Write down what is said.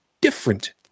different